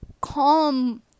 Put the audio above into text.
calm